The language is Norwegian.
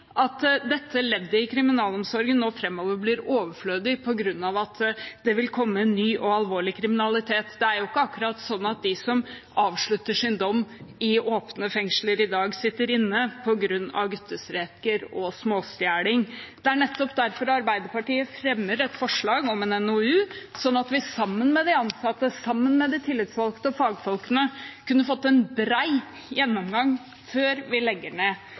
at dette leddet i kriminalomsorgen blir overflødig framover på grunn av at det vil komme ny og alvorlig kriminalitet. Det er jo ikke akkurat sånn at de som avslutter sin dom i åpne fengsler i dag, sitter inne på grunn av guttestreker og småstjeling. Det er nettopp derfor Arbeiderpartiet fremmer et forslag om en NOU, sånn at vi sammen med de ansatte, sammen med de tillitsvalgte og fagfolkene, kunne fått en bred gjennomgang før vi legger ned